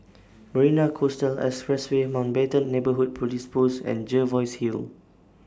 Marina Coastal Expressway Mountbatten Neighbourhood Police Post and Jervois Hill